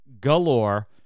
galore